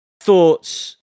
thoughts